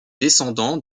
descendants